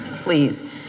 Please